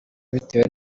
bitewe